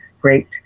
great